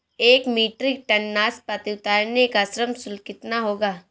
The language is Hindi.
एक मीट्रिक टन नाशपाती उतारने का श्रम शुल्क कितना होगा?